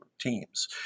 teams